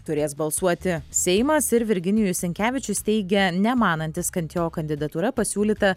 turės balsuoti seimas ir virginijus sinkevičius teigia nemanantis kad jo kandidatūra pasiūlyta